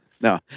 no